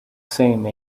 same